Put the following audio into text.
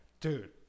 Dude